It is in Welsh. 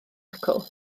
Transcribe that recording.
acw